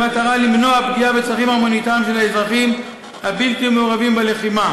במטרה למנוע פגיעה בצרכים ההומניטריים של האזרחים הבלתי-מעורבים בלחימה.